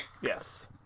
Yes